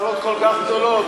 כותרות כל כך גדולות.